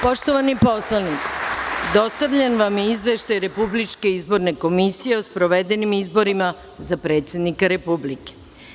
Poštovani narodni poslanici, dostavljen vam je Izveštaj Republičke izborne komisije o sprovedenim izborima za predsednika Republike.